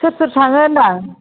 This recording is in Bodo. सोर सोर थाङो होनदां